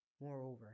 Moreover